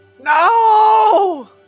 No